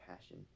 passion